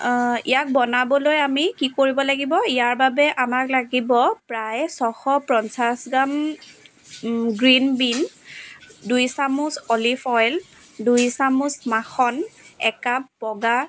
ইয়াক বনাবলৈ আমি কি কৰিব লাগিব ইয়াৰ বাবে আমাক লাগিব প্ৰায় ছয়শ পঞ্চাছ গ্ৰাম গ্ৰীণ বীন দুই চামুচ অলিভ অইল দুই চামুচ মাখন একাপ বগা